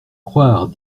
croire